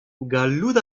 gallout